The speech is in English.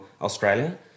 Australia